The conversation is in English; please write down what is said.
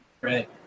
Right